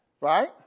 Right